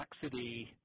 complexity